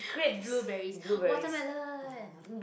blueberries watermelon